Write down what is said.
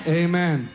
amen